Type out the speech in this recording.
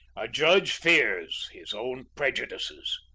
a judge fears his own prejudices.